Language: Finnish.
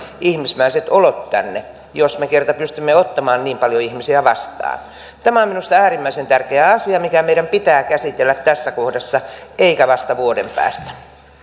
ihmismäiset olot tänne jos me kerta pystymme ottamaan niin paljon ihmisiä vastaan tämä on minusta äärimmäisen tärkeä asia mikä meidän pitää käsitellä tässä kohdassa eikä vasta vuoden päästä